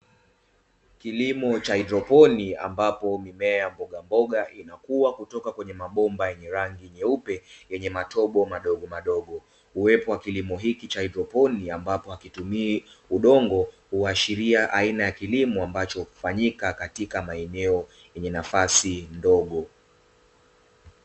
Kilimo cha haidroponi ambapo mimea ya mbogamboga inakua kutoka kwenye mabomba yenye rangi nyeupe, yenye matobo madogomadogo. Uwepo wa kilimo hiki cha haidroponi ambapo hakitumii udongo, huashiria aina ya kilimo ambacho hufanyika katika maeneo yenye nafasi ndogo.